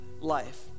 life